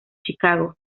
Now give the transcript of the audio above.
chicago